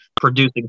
producing